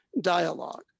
dialogue